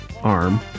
Arm